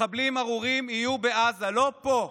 מחבלים ארורים יהיו בעזה, לא פה.